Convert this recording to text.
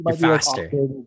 faster